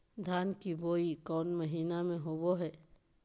धान की बोई कौन महीना में होबो हाय?